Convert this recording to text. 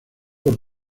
por